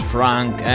Frank